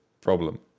problem